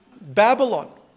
Babylon